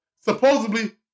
Supposedly